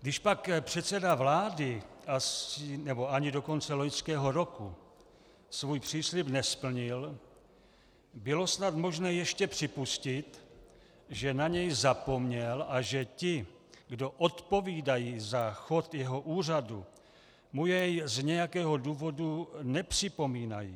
Když pak předseda vlády ani do konce loňského roku svůj příslib nesplnil, bylo snad možné ještě připustit, že na něj zapomněl a že ti, kdo odpovídají za chod jeho úřadu, mu jej z nějakého důvodu nepřipomínají.